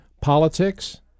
politics